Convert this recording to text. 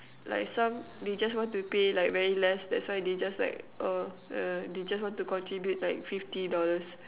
like some they just want to pay like very less that's why they just like oh uh they just want to contribute like fifty dollars